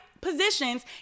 positions